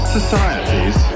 societies